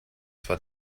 zwar